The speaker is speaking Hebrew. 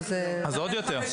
אז עוד יותר.